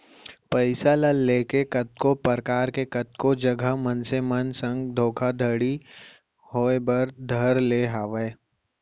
पइसा ल लेके कतको परकार के कतको जघा मनसे मन संग धोखाघड़ी होय बर धर ले हावय